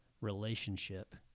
relationship